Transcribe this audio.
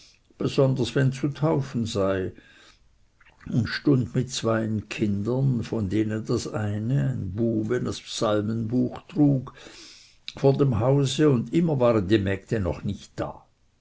besonders wenn zu taufen sei und stund mit zweien kindern von denen das eine ein bube das psalmenbuch trug vor dem hause und immer waren die mägde noch nicht da